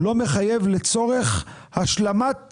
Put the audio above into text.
הוא לא מחייב לצורך השלמת